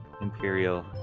imperial